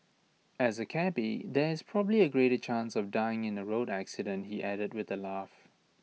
as A cabby there is probably A greater chance of dying in A road accident he added with A laugh